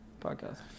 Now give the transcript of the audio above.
podcast